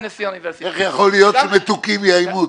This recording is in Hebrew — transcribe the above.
אדוני נשיא האוניברסיטה --- איך יכול להיות שמתוקים יאיימו,